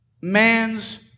man's